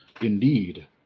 Indeed